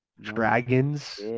dragons